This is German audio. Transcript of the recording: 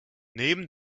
neben